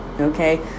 okay